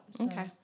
Okay